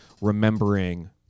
remembering